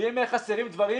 ואם חסרים דברים,